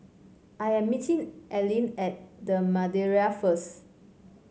I am meeting Allyn at The Madeira first